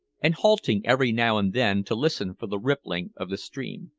and halting every now and then to listen for the rippling of the stream.